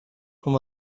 from